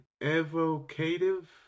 evocative